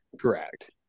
Correct